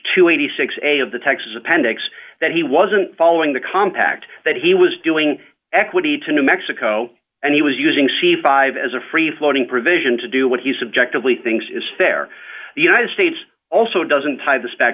and eighty six a of the texas appendix that he wasn't following the compact that he was doing equity to new mexico and he was using c five as a free floating provision to do what he subjectively things is fair the united states also doesn't tie this back